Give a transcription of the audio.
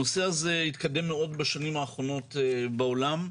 נושא הזה התקדם מאוד בשנים האחרונות בעולם.